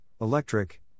electric